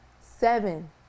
seven